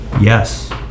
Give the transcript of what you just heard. Yes